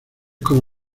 cómo